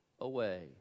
away